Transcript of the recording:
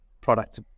product